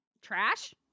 trash